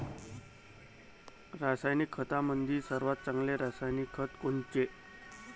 रासायनिक खतामंदी सर्वात चांगले रासायनिक खत कोनचे?